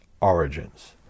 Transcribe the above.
origins